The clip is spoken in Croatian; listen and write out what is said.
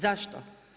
Zašto?